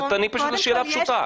תעני פשוט לשאלה פשוטה.